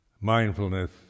Mindfulness